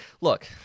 look